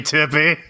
Tippy